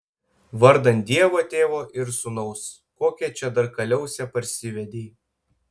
vardan dievo tėvo ir sūnaus kokią čia dar kaliausę parsivedei